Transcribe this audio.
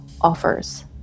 offers